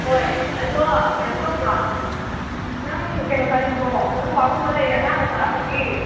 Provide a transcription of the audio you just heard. ꯍꯣꯏ ꯑꯗꯣ ꯀꯩꯅꯣ ꯇꯧꯕ꯭ꯔꯣ ꯅꯪ ꯀꯩꯅꯣ ꯆꯥꯅꯤꯡꯕ꯭ꯣꯔꯣ ꯍꯜꯂꯨꯋꯥꯒꯨꯝꯕ ꯂꯩꯌꯦ ꯑꯉꯥꯡꯅ ꯆꯥꯔꯝꯕꯒꯤ